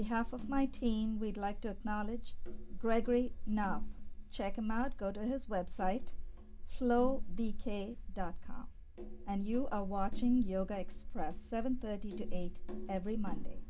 behalf of my team we'd like to knowledge gregory now check him out go to his website flo b k dot com and you are watching yoga express seven thirty to eight every monday